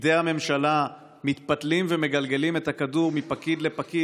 פקידי הממשלה מתפתלים ומגלגלים את הכדור מפקיד לפקיד